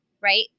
right